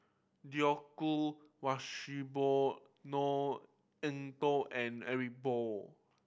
Djoko Wibisono Eng Tow and Eric Moo